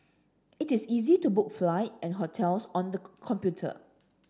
it is easy to book flight and hotels on the computer